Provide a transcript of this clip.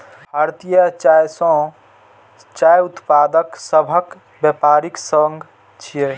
भारतीय चाय संघ चाय उत्पादक सभक व्यापारिक संघ छियै